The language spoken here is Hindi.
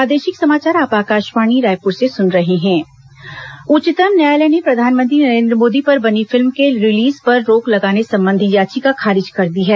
प्रधानमंत्री फिल्म उच्चतम न्यायालय ने प्रधानमंत्री नरेन्द्र मोदी पर बनी फिल्म के रिलीज पर रोक लगाने संबंधी याचिका खारिज कर दी है